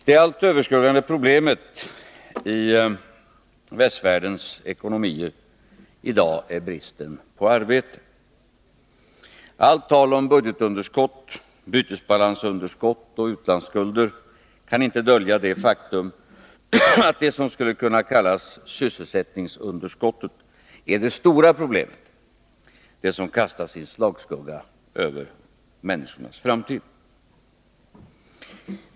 Herr talman! Det allt överskuggande problemet i västvärldens ekonomier i dag är bristen på arbete. Allt tal om budgetunderskott, bytesbalansunderskott och utlandsskulder kan inte dölja det faktum att det som skulle kunna kallas sysselsättningsunderskottet är det stora problemet, det som kastar sin slagskugga över människornas framtid.